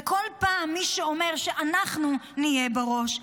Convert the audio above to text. וכל פעם מי שאומר שאנחנו נהיה בראש,